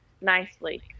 nicely